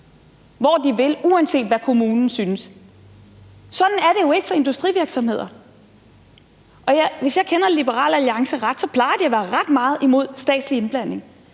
hvor de vil, og uanset hvad kommunen synes. Sådan er det jo ikke for industrivirksomheder. Hvis jeg kender Liberal Alliance ret, plejer de at være ret meget imod statslig indblanding.